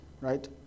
right